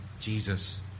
Jesus